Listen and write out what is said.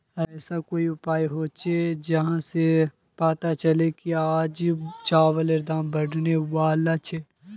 ऐसा कोई उपाय होचे जहा से पता चले की आज चावल दाम बढ़ने बला छे?